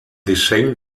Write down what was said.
disseny